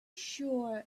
sure